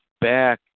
back